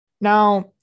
Now